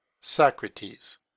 Socrates